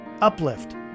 Uplift